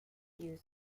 views